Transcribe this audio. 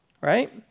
right